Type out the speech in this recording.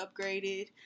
upgraded